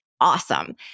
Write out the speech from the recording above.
awesome